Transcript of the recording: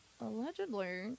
allegedly